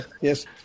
yes